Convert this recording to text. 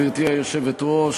היושבת-ראש,